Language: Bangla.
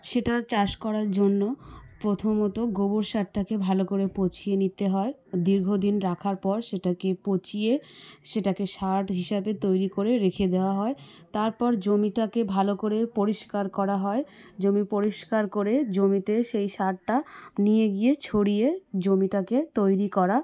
সেটার চাষ করার জন্য প্রথমত গোবর সারটাকে ভালো করে পচিয়ে নিতে হয় দীর্ঘদিন রাখার পর সেটাকে পচিয়ে সেটাকে সার হিসাবে তৈরি করে রেখে দেওয়া হয় তারপর জমিটাকে ভালো করে পরিষ্কার করা হয় জমি পরিষ্কার করে জমিতে সেই সারটা নিয়ে গিয়ে ছড়িয়ে জমিটাকে তৈরি করা